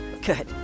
good